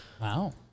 Wow